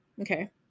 okay